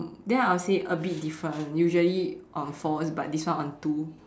then I'll say a bit different usually on fours but this one on two